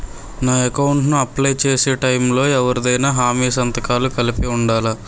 నా అకౌంట్ ను అప్లై చేసి టైం లో ఎవరిదైనా హామీ సంతకాలు కలిపి ఉండలా?